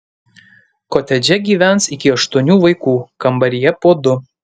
kotedže gyvens iki aštuonių vaikų kambaryje po du